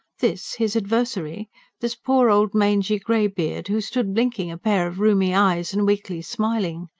this his adversary this poor old mangy greybeard, who stood blinking a pair of rheumy eyes and weakly smiling.